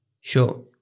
Sure